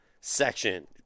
section